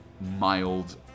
mild